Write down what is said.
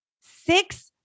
six